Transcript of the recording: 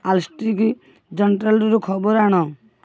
ଆଲଷ୍ଟ୍ରିକି ଜଣ୍ଟ୍ରାଲ୍ରୁ ଖବର ଆଣ